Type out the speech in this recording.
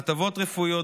הטבות רפואיות,